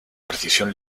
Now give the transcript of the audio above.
precisión